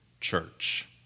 Church